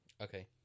Okay